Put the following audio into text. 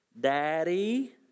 Daddy